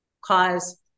Cause